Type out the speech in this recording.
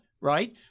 right